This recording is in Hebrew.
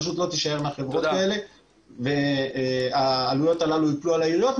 פשוט לא תישארנה חברות שילוט והעלויות האלה ייפלו על העיריות.